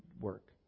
work